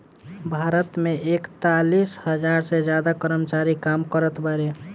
भारत मे एकतालीस हज़ार से ज्यादा कर्मचारी काम करत बाड़े